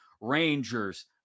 Rangers